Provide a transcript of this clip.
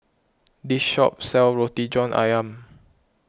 this shop sells Roti John Ayam